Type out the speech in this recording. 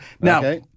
now